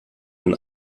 den